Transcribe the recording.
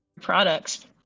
products